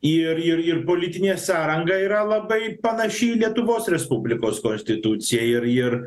ir ir ir politinė sąranga yra labai panaši į lietuvos respublikos konstituciją ir ir ir